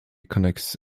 connects